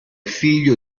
figlio